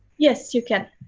yes, you can.